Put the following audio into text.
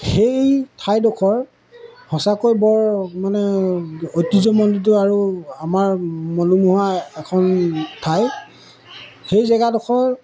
সেই ঠাইডখৰ সঁচাকৈ বৰ মানে ঐতিহ্যমণ্ডিত আৰু আমাৰ মনোমোহা এখন ঠাই সেই জেগাডখৰ